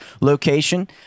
location